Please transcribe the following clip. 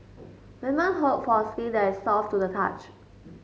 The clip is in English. women hope for a skin that is soft to the touch